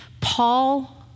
Paul